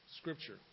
scripture